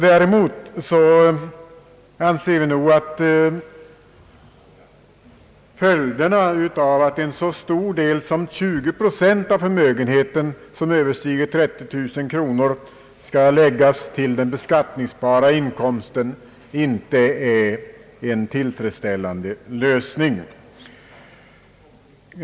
Däremot anser vi att följderna av att en så stor del som 20 procent av den förmögenhet som . överskrider 30 000 kronor skall läggas till den beskatt ningsbara inkomsten är sådana, att detta inte är en tillfredsställande lösning.